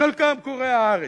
חלקם קוראי "הארץ",